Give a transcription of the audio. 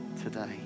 today